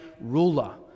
ruler